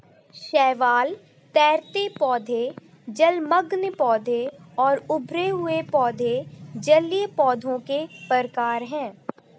शैवाल, तैरते पौधे, जलमग्न पौधे और उभरे हुए पौधे जलीय पौधों के प्रकार है